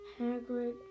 Hagrid